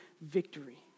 victory